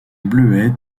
bleuets